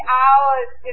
hours